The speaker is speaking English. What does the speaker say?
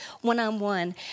one-on-one